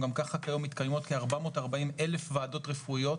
גם ככה כיום מתקיימות כ-440,000 ועדות רפואיות,